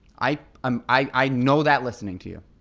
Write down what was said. i um i know that listening to you,